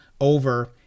over